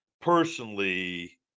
personally